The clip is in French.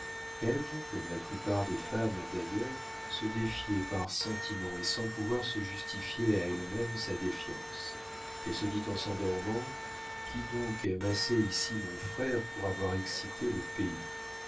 comme la plupart des femmes d'ailleurs se défiait par sentiment et sans pouvoir se justifier à elle-même sa défiance elle se dit en s'endormant qui donc aime assez ici mon frère pour avoir excité le pays